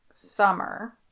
summer